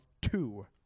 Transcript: two